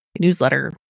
newsletter